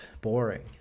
boring